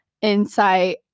insight